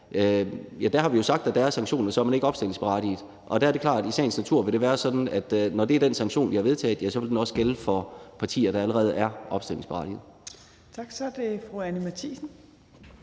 vælgererklæring, så er sanktionen, at man ikke er opstillingsberettiget. Og der er det klart, at det i sagens natur vil være sådan, at når det er den sanktion, vi har vedtaget, så vil den også gælde for partier, der er allerede er opstillingsberettiget. Kl. 12:11 Tredje